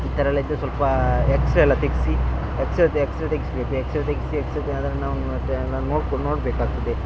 ಈ ಥರ ಎಲ್ಲ ಇದ್ದರೆ ಸೊಲ್ಪ ಎಕ್ಸ್ರೆ ಎಲ್ಲ ತೆಗ್ಸಿ ಎಕ್ಸ್ರೆ ಎಕ್ಸ್ರೆ ತೆಗ್ಸ್ಬೇಕು ಎಕ್ಸ್ರೆ ತೆಗಿಸಿ ಎಕ್ಸ್ರೆನೆಲ್ಲ ನಾವು ಮತ್ತೆ ಎಲ್ಲ ನೋಡ್ಕೊ ನೋಡಬೇಕಾಗ್ತದೆ